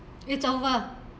it's over